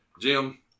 Jim